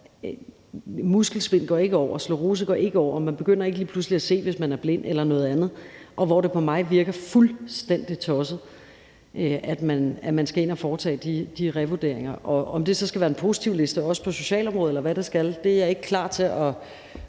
Muskelsvind går ikke over, sklerose går ikke over, man begynder ikke lige pludselig at se, hvis man er blind, eller noget andet, og her virker det på mig fuldstændig tosset, at man skal ind at foretage de revurderinger. Og om det så også skal være en positivliste på socialområdet, eller hvad det skal være, er jeg ikke klar til at